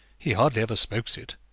he hardly ever smokes it.